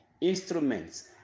instruments